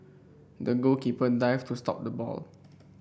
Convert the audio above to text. the goalkeeper dived to stop the ball